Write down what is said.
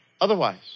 otherwise